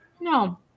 No